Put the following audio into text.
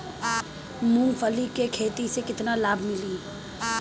मूँगफली के खेती से केतना लाभ मिली?